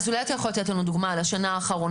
אז אולי אתה יכול לתת לנו דוגמה על השנה האחרונה,